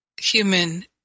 human